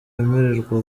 wemererwa